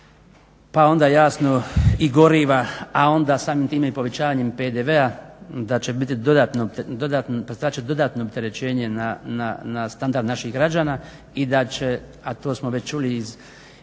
pa onda jasno i goriva, a onda samim time i povećanjem PDV-a znače dodatno opterećenje na standard naših građana i da će, a to smo već čuli i od